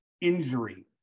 injury